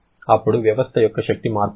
అప్పుడు వ్యవస్థ యొక్క శక్తి మార్పు ఎంత